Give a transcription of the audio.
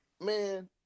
man